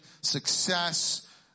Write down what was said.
success